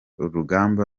rugamba